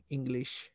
English